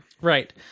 Right